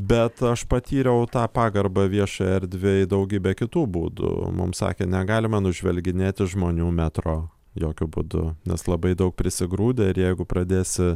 bet aš patyriau tą pagarbą viešai erdvei daugybe kitų būdų mums sakė negalima nužvelginėti žmonių metro jokiu būdu nes labai daug prisigrūdę ir jeigu pradėsi